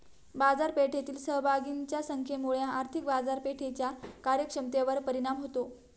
बाजारपेठेतील सहभागींच्या संख्येमुळे आर्थिक बाजारपेठेच्या कार्यक्षमतेवर परिणाम होतो